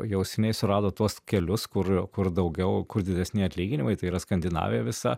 jau seniai surado tuos kelius kur kur daugiau kur didesni atlyginimai tai yra skandinavija visa